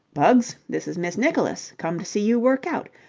bugs, this is miss nicholas, come to see you work out.